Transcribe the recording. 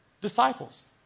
disciples